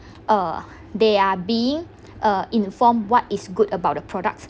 uh they are being uh informed what is good about the products